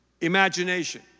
imagination